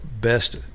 best